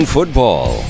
Football